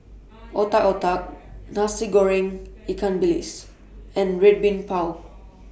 Otak Otak Nasi Goreng Ikan Bilis and Red Bean Bao